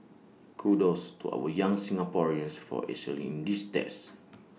kudos to our young Singaporeans for excelling these tests